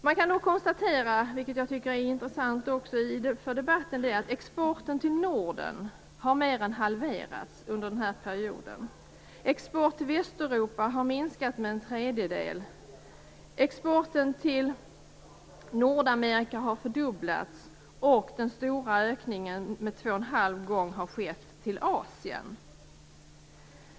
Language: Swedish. Man kan då konstatera, vilket jag tycker är intressant för debatten, att exporten till Norden har mer än halverats under denna period. Exporten till Västeuropa har minskat med en tredjedel. Exporten till Nordamerika har fördubblats. Den stora ökningen med två och en halv gång har skett till Asien.